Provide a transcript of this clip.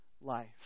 life